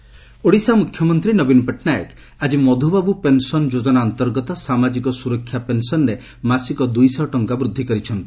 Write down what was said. pension Odisha ମୁଖ୍ୟମନ୍ତ୍ରୀ ନବୀନ ପଟ୍ଟନାୟକ ଆଜି ମଧୁବାବୁ ପେନସନ୍ ଯୋଜନା ଅଧୀନରେ ସାମାଜିକ ସୁରକ୍ଷା ପେନ୍ସନ୍ରେ ମାସିକ ଦୁଇ ଶହ ଟଙ୍କା ବୃଦ୍ଧି କରିଛି